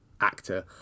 actor